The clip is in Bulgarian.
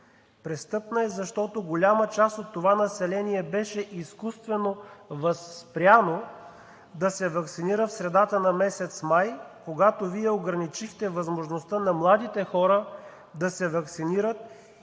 Престъпна е, защото голяма част от това население беше изкуствено възпряно да се ваксинира в средата на месец май, когато Вие ограничихте възможността на младите хора да се ваксинират,